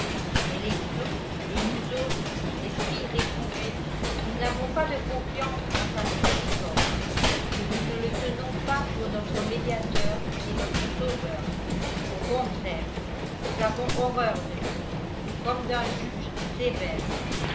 mais les turcs et nous autres esprits réprouvés nous n'avons pas de confiance en sa miséricorde et nous ne le tenons pas pour notre médiateur et notre sauveur au contraire nous avons horreur de lui comme d'un juge sévère